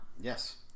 Yes